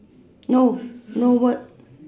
no no word